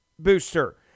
booster